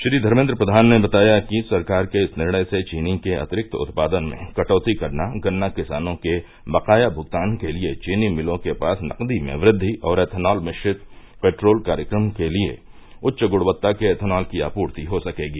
श्री धर्मेन्द्र प्रधान ने बताया कि सरकार के इस निर्णय से चीनी के अतिरिक्त उत्पादन में कटौती करना गन्ना किसानों के बकाया भुगतान के लिए चीनी मिलों के पास नकदी में वृद्धि और एथनॉल मिश्रित पेट्रोल कार्यक्रम के लिए उच्च गुणवत्ता के एथनॉल की आपूर्ति हो सकेगी